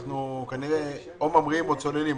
אנחנו כנראה או ממריאים או צוללים,